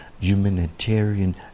humanitarian